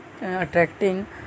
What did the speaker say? attracting